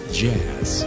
jazz